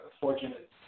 fortunate